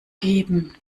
geben